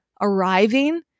arriving